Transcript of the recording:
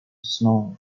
snow